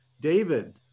David